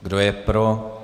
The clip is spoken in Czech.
Kdo je pro?